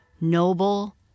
noble